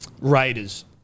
Raiders